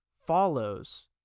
follows